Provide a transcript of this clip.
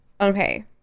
okay